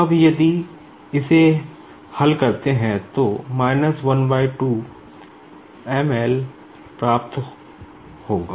अब यदि इसे हल करते है तो प्राप्त होगा